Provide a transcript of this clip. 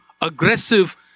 aggressive